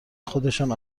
خودشان